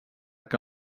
que